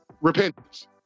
Repentance